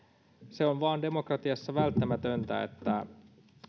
se on vaan demokratiassa välttämätöntä että